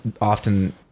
often